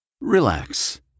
Relax